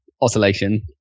oscillation